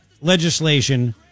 legislation